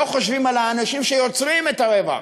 לא חושבים על האנשים שיוצרים את הרווח.